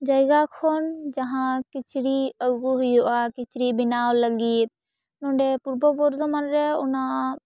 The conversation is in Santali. ᱡᱟᱭᱜᱟ ᱠᱷᱚᱱ ᱡᱟᱦᱟᱸ ᱠᱤᱪᱨᱤᱡ ᱟ ᱜᱩ ᱦᱩᱭᱩᱜᱼᱟ ᱠᱤᱪᱨᱤᱡ ᱵᱮᱱᱟᱣ ᱞᱟᱹᱜᱤᱫ ᱱᱚᱰᱮ ᱯᱩᱨᱵᱚ ᱵᱚᱨᱫᱷᱚᱢᱟᱱ ᱨᱮ ᱚᱱᱟ